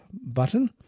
button